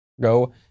Go